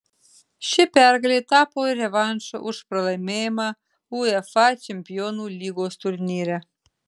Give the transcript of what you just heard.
ši pergalė tapo ir revanšu už pralaimėjimą uefa čempionų lygos turnyre